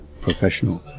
professional